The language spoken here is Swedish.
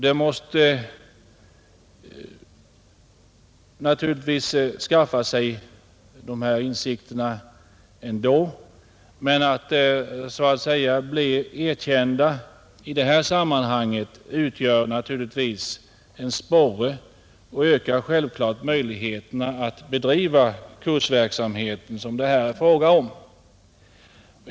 De måste naturligtvis skaffa sig dessa insikter ändå, men att så att säga bli erkända i detta sammanhang utgör naturligtvis en sporre och ökar självklart möjligheterna att bedriva den kursverksamhet som det här är fråga om.